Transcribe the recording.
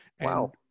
Wow